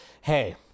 hey